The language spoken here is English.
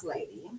Lady